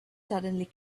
suddenly